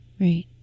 Right